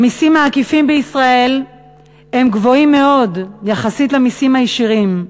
המסים העקיפים בישראל גבוהים מאוד יחסית למסים הישירים,